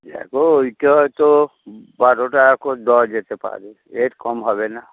দেখো ওইটা হয়তো বারো টাকা করে দেওয়া যেতে পারে এর কম হবে না